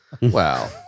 Wow